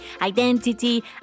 identity